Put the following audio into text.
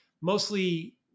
mostly